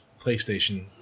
PlayStation